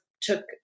took